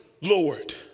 Lord